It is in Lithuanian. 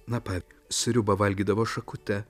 na pa sriubą valgydavo šakute